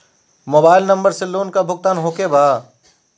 Mobile number से loan का भुगतान होखे बा?